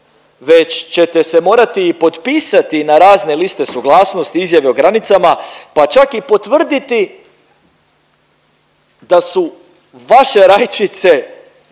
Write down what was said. već ćete se morati i potpisati na razne liste suglasnosti izjave o granicama, pa čak i potvrditi da su vaše rajčice,